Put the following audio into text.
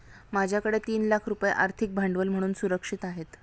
माझ्याकडे तीन लाख रुपये आर्थिक भांडवल म्हणून सुरक्षित आहेत